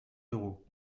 d’euros